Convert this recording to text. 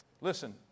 Listen